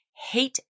hate